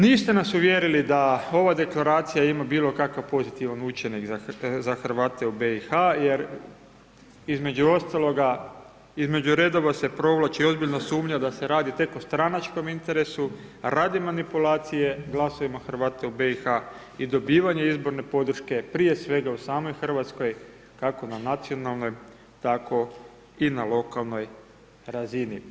Niste nas uvjerili da ova deklaracija ima bilo kakav pozitivan učinak za Hrvate u BiH jer između ostaloga, između redova se provlači ozbiljno sumnja da se radi tek o stranačkom interesu radi manipulacije glasovima Hrvata u BiH i dobivanje izborne podrške, prije svega u samoj Hrvatskoj, kako na nacionalnoj, tako i na lokalnoj razini.